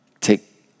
take